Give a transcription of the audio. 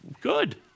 Good